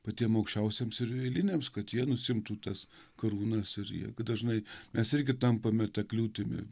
patiem aukščiausiems ir eiliniams kad jie nusiimtų tas karūnas ir jieg dažnai mes irgi tampame ta kliūtimi